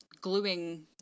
gluing